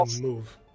move